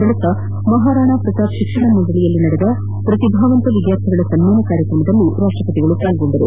ಬಳಿಕ ಮಹಾರಾಣಾ ಪ್ರತಾಪ್ ಶಿಕ್ಷಣ ಮಂಡಳಿಯಲ್ಲಿ ನಡೆದ ಪ್ರತಿಭಾವಂತ ವಿದ್ಯಾರ್ಥಿಗಳ ಸನ್ಮಾನ ಕಾರ್ಯಕ್ರಮದಲ್ಲಿ ರಾಷ್ಟ್ರಪತಿ ಅವರು ಪಾಲ್ಗೊಂಡರು